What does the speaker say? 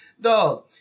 dog